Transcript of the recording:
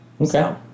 Okay